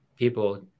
People